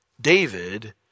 David